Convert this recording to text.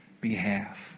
behalf